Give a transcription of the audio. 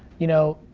you know,